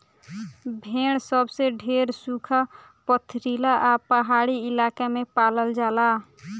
भेड़ सबसे ढेर सुखा, पथरीला आ पहाड़ी इलाका में पालल जाला